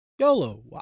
YOLO